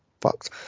fucked